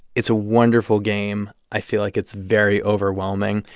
it's a wonderful game. i feel like it's very overwhelming.